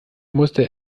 musste